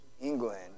England